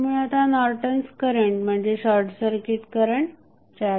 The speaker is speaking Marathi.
त्यामुळे आता आपल्याला नॉर्टन्स करंट म्हणजे शॉर्टसर्किट करंट 4